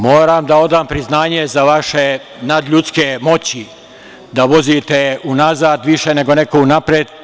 Moram da odam priznanje za vaše nadljudske moći da vozite unazad više nego neko unapred.